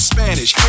Spanish